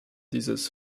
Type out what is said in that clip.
dieses